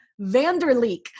Vanderleek